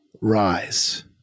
rise